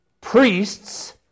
priests